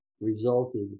resulted